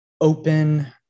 open